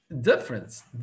difference